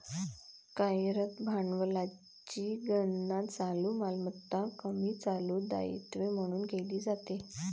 कार्यरत भांडवलाची गणना चालू मालमत्ता कमी चालू दायित्वे म्हणून केली जाते